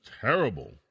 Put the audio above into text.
terrible